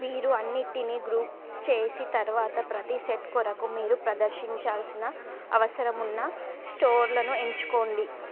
మీరు అన్నిటిని గ్రూప్ చేసిన తరువాత ప్రతి సెట్ కొరకు మీరు ప్రదర్శించాల్సిన అవసరం ఉన్న స్టోర్లను ఎంచుకోండి